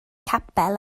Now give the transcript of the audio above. capel